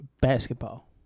Basketball